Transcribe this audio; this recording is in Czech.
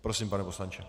Prosím, pane poslanče.